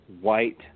white